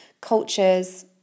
cultures